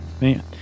man